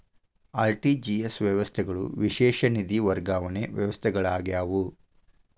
RTGS ವ್ಯವಸ್ಥೆಗಳು ವಿಶೇಷ ನಿಧಿ ವರ್ಗಾವಣೆ ವ್ಯವಸ್ಥೆಗಳಾಗ್ಯಾವ